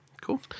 cool